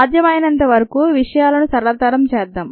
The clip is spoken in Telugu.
సాధ్యమైనంత వరకు విషయాలను సరళతరం చేద్దాం